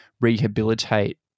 rehabilitate